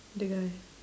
the guy